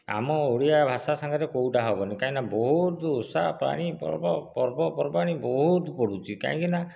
ଆମ ଓଡ଼ିଆ ଭାଷା ସାଙ୍ଗରେ କେଉଁଟା ହେବନି କାହିଁକିନା ବହୁତ ଓଷା ପାଣି ପର୍ବପର୍ବାଣି ବହୁତ ପଡ଼ୁଛି କାହିଁକିନା